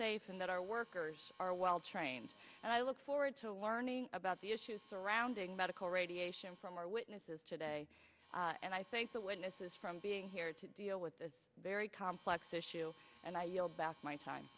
safe and that our workers are well trained and i look forward to learning about the issues surrounding medical radiation from our witnesses today and i thank the witnesses from being here to deal with this very complex issue and i yield back my time